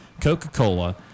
coca-cola